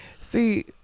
See